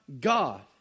God